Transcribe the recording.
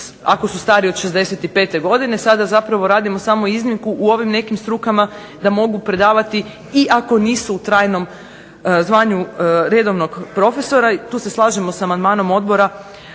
ako su stari od 65. godine, sada zapravo radimo iznimku u ovim nekim strukama da mogu predavati i ako nisu u trajnom zvanju redovnog profesora. Tu se slažemo s amandmanom odbora